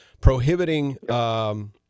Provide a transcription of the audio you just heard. prohibiting